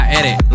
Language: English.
Edit